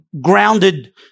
grounded